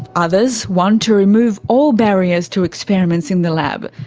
others want to remove all barriers to experiments in the lab,